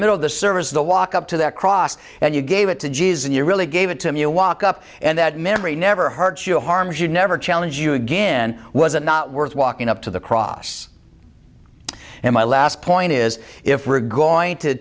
middle of the service of the walk up to that cross and you gave it to jesus and you really gave it to him you walk up and that memory never hurts you harms you never challenge you again was it not worth walking up to the cross and my last point is if we're going to